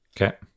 Okay